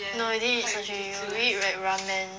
no I didn't eat sushi I only eat like ramen